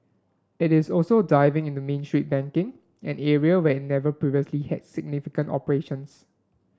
it is also diving into Main Street banking an area where it never previously had significant operations